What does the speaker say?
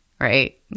Right